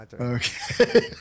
Okay